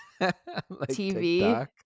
TV